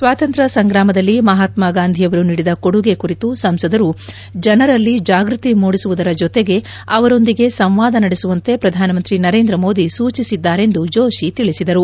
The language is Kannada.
ಸ್ವಾತಂತ್ರ್ ಸಂಗ್ರಾಮದಲ್ಲಿ ಮಹಾತ್ಮ ಗಾಂಧಿಯವರು ನೀಡಿದ ಕೊಡುಗೆ ಕುರಿತು ಸಂಸದರು ಜನರಲ್ಲಿ ಜಾಗೃತಿ ಮೂಡಿಸುವುದರ ಜೊತೆಗೆ ಅವರೊಂದಿಗೆ ಸಂವಾದ ನಡೆಸುವಂತೆ ಪ್ರಧಾನಮಂತ್ರಿ ನರೇಂದ್ರ ಮೋದಿ ಸೂಚಿಸಿದ್ದಾರೆಂದು ಜೋಷಿ ತಿಳಿಸಿದರು